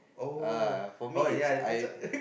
uh for me it's I